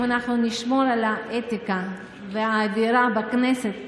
אם אנחנו נשמור על האתיקה ועל האווירה בכנסת,